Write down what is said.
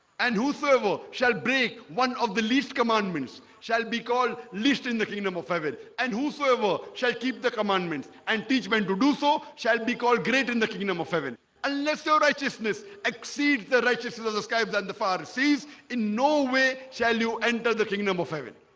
and who serve ah shall break one of the least commandments shall be called least in the kingdom of heaven and whosoever shall keep the commandments and teach men to do so shall be called great in the kingdom of heaven unless your righteousness exceeds the righteousness of the scribes and the pharisees in no way. shall you enter the kingdom of heaven?